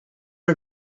een